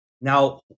Now